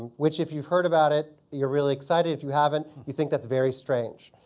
which if you've heard about it, you're really excited. if you haven't, you think that's very strange.